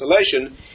isolation